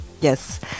Yes